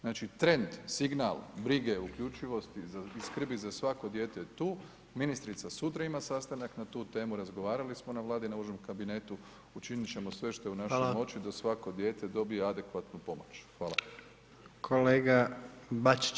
Znači trend, signal brige uključivosti i skrbi za svako dijete je tu, ministrica sutra ima sastanak na tu temu, razgovarali smo na Vladi na užem kabinetu učinit ćemo sve što je u našoj moći [[Upadica: Hvala.]] da svako dijete dobije adekvatnu pomoć.